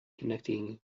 connecting